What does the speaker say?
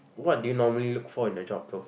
what do you normally look for in a job bro